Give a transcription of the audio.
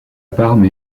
parme